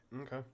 Okay